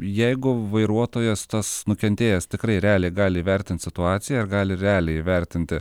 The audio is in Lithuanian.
jeigu vairuotojas tas nukentėjęs tikrai realiai gali įvertint situaciją ir gali realiai įvertinti